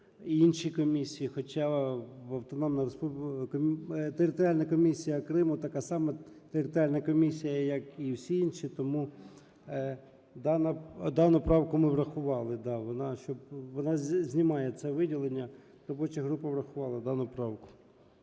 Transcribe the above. інші комісії, хоча в Автономній… територіальна комісія Криму така сама територіальна комісія, як і всі інші. Тому дану правку ми врахували. Вона знімає це виділення. Робоча група врахувала дану правку.